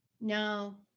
No